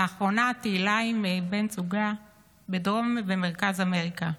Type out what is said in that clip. לאחרונה טיילה עם בן זוגה בדרום ובמרכז אמריקה,